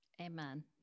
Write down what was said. Amen